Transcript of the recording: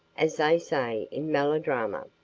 as they say in melodrama.